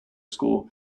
school